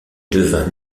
devint